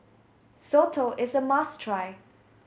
Soto is a must try